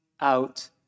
out